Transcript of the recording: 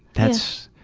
that's,